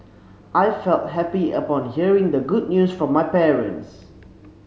I felt happy upon hearing the good news from my parents